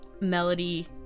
Melody